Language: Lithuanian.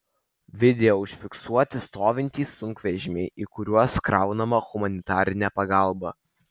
video užfiksuoti stovintys sunkvežimiai į kuriuos kraunama humanitarinė pagalba